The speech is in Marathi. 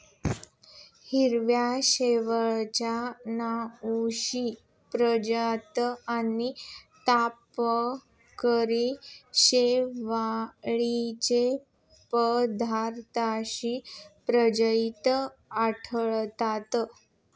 हिरव्या शेवाळाच्या नऊशे प्रजाती आणि तपकिरी शेवाळाच्या पंधराशे प्रजाती आढळतात